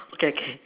okay okay